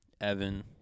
Evan